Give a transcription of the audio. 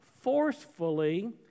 forcefully